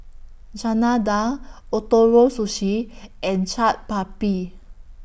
Chana Dal Ootoro Sushi and Chaat Papri